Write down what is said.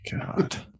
God